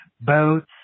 boats